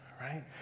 right